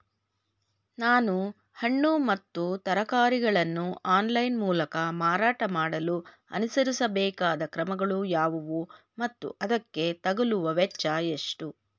ನಾನು ಹಣ್ಣು ಮತ್ತು ತರಕಾರಿಗಳನ್ನು ಆನ್ಲೈನ ಮೂಲಕ ಮಾರಾಟ ಮಾಡಲು ಅನುಸರಿಸಬೇಕಾದ ಕ್ರಮಗಳು ಯಾವುವು ಮತ್ತು ಅದಕ್ಕೆ ತಗಲುವ ವೆಚ್ಚ ಎಷ್ಟು?